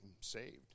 saved